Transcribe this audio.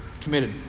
committed